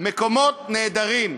מקומות נהדרים.